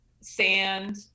sand